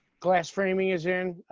glass framing is in.